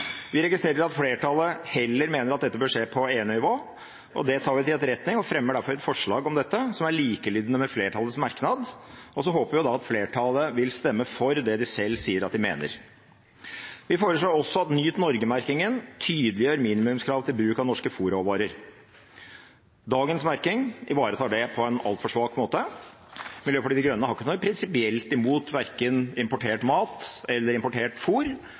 Vi registrerer at flertallet heller mener at dette bør skje på EU-nivå. Det tar vi til etterretning, og fremmer derfor et forslag om dette som er likelydende med flertallets merknad, og så håper vi at flertallet vil stemme for det de selv sier at de mener. Vi foreslår også at Nyt Norge-merkingen tydeliggjør minimumskrav til bruk av norske fôrråvarer. Dagens merking ivaretar det på en altfor svak måte. Miljøpartiet De Grønne har ikke noe prinsipielt imot verken importert mat eller importert fôr, men vi er for